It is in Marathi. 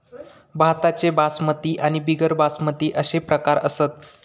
भाताचे बासमती आणि बिगर बासमती अशे प्रकार असत